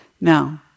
Now